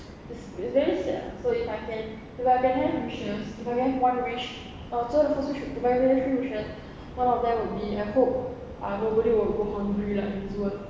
it's it's very sad lah so if I can if I can have wishes if I can have one wish I'll choose the first wish if I have three wishes one of them would be I hope ah nobody would go hungry lah in this world